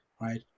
right